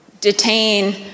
detain